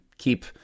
Keep